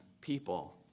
people